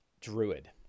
druid